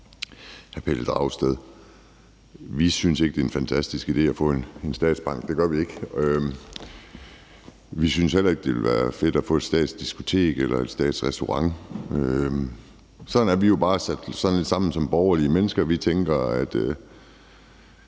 hr. Pelle Dragsted, vi synes ikke, at det er en fantastisk idé at få en statsbank. Det gør vi ikke. Vi synes heller ikke, at det ville være fedt at få et statsdiskotek eller en statsrestaurant. Sådan er vi jo bare sat sammen som borgerlige mennesker. Hvis jeg satte